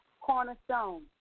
cornerstone